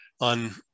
on